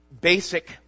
basic